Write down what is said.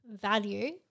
value